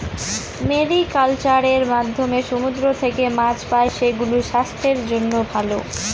mariculture এর মাধ্যমে সমুদ্র থেকে মাছ পাই, সেগুলো স্বাস্থ্যের জন্য ভালো